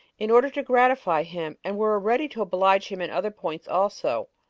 in order to gratify him, and were ready to oblige him in other points also,